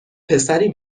پسری